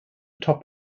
top